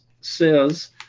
says